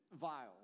vile